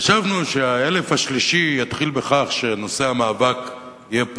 חשבנו שהאלף השלישי יתחיל בכך שנושא המאבק יהיה פאסה,